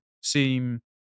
seem